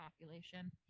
population